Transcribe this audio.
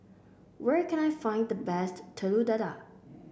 where can I find the best Telur Dadah